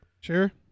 Sure